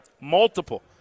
multiple